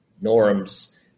norms